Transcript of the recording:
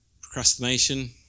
procrastination